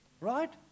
right